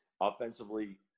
offensively